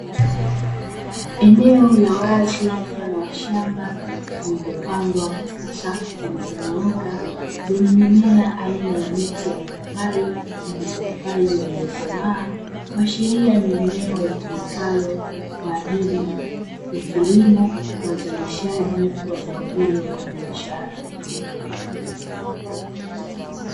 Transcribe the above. Eneo la wazi mfano wa shamba lililopangwa katika safu zilizonyooka zenye mimea aina ya miti ya mipapai, yenye mapapai yaliyokomaa. kuashiria ni eneo litumikalo kwa ajili ya kilimo na uzalishaji wa zao hilo la biashara.